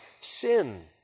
sin